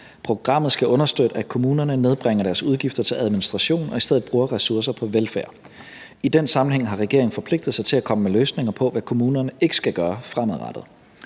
Programmet skal understøtte, at kommunerne nedbringer deres udgifter til administration og i stedet bruger ressourcer på velfærd. I den sammenhæng har regeringen forpligtet sig til at komme med løsninger på, hvad kommunerne ikke skal gøre fremadrettet.